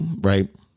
right